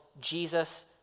Jesus